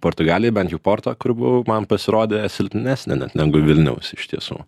portugalijoj bent jau porto kur buvau man pasirodė silpnesnė net negu vilniaus iš tiesų